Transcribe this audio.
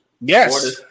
Yes